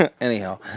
Anyhow